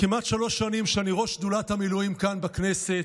כמעט שלוש שנים שאני ראש שדולת המילואים כאן בכנסת,